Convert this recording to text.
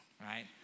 right